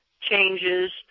changes